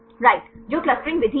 right होगा जो clustering विधि है